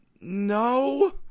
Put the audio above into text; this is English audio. No